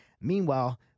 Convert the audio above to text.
Meanwhile